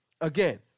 Again